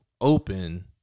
open